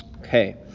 okay